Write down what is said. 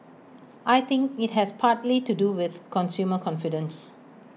I think IT has partly to do with consumer confidence